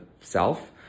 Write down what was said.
self